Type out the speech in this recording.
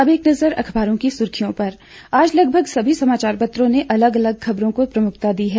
अब एक नजर अखबारों की सुर्खियों पर आज लगभग सभी समाचार पत्रों ने अलग अलग खबरों को प्रमुखता दी है